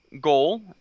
goal